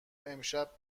امشب